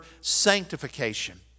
sanctification